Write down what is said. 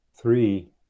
Three